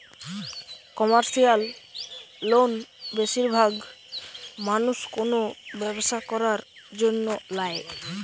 commercial loan বেশিরভাগ মানুষ কোনো ব্যবসা করার জন্য ল্যায়